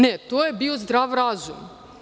Ne, to je bio zdrav razum.